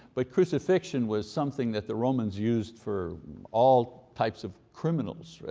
but crucifixion was something that the romans used for all types of criminals,